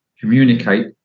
communicate